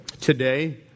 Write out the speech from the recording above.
Today